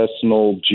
personal